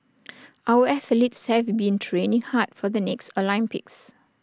our athletes have been training hard for the next Olympics